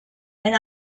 and